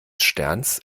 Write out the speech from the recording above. sterns